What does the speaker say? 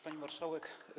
Pani Marszałek!